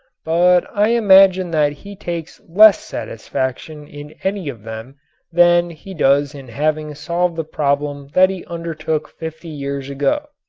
but i imagine that he takes less satisfaction in any of them than he does in having solved the problem that he undertook fifty years ago.